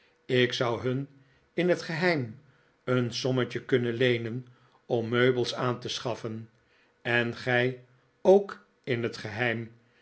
ik zou hun in het geheim een sommetje kunnen leenen om meubels aan te schaffen en gij ook in het geheim